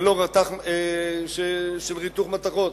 ללא רתך של ריתוך מתכות,